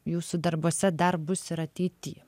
jūsų darbuose dar bus ir ateity